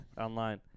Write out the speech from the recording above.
online